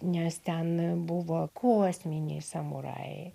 nes ten buvo kosminiai samurajai